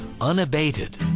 unabated